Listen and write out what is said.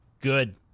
Good